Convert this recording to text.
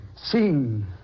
sing